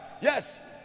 Yes